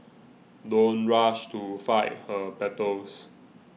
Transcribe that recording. don't rush to fight her battles